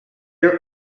are